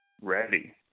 ready